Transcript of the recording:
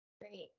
Great